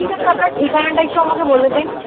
ঠিক আছে আপনার ঠিকানাটা একটু আমাকে বলে দিন